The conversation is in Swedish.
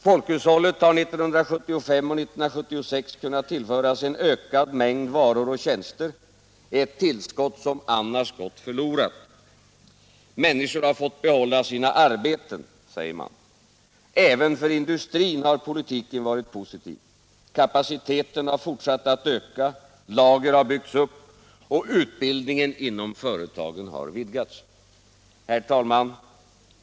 Folkhushållet har 1975 och 1976 kunnat tillföras en ökad mängd varor och tjänster, ett tillskott som annars gått förlorat. Människor har fått behålla sina arbeten, säger man. Även för industrin har politiken varit positiv: kapaciteten har fortsatt att öka, lager har byggts upp och utbildningen inom företagen har vidgats. Herr talman!